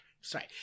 Sorry